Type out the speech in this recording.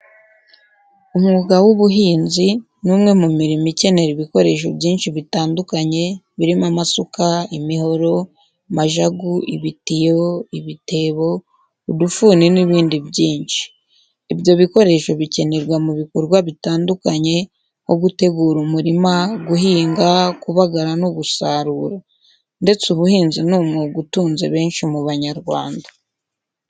Umwuga w’ubuhinzi ni umwe mu mirimo ikenera ibikoresho byinshi bitandukanye, birimo amasuka, imihoro, majagu, ibitiyo, ibitebo, udufuni n’ibindi byinshi. Ibyo bikoresho bikenerwa mu bikorwa bitandukanye, nko gutegura umurima, guhinga, kubagara no gusarura. Ndetse, ubuhinzi ni umwuga utunze benshi mu Banyarwanda.